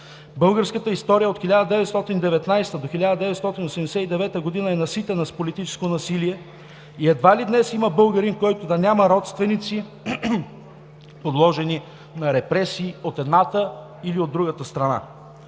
Българската история от 1919 г. до 1989 г. е наситена с политическо насилие и едва ли днес има българин, който да няма родственици, подложени на репресии от едната или от другата страна.